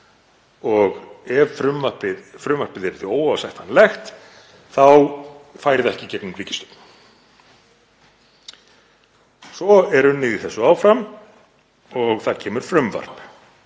og ef frumvarpið yrði óásættanlegt þá færi það ekki í gegnum ríkisstjórn. Svo er unnið í þessu áfram og það kemur frumvarp